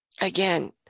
Again